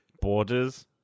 Borders